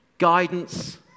Guidance